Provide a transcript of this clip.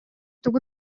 тугу